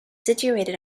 situated